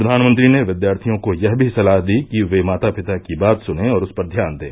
प्रधानमंत्री ने विद्यार्थियों को यह भी सलाह दी कि वे माता पिता की बात सुने और उस पर ध्यान दें